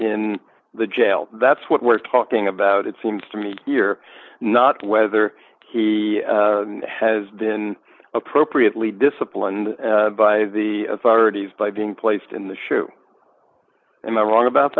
in the jail that's what we're talking about it seems to me you're not whether he has been appropriately disciplined by the authorities by being placed in the shoe am i wrong about